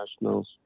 National